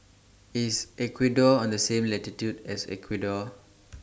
IS Ecuador on The same latitude as Ecuador